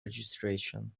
registration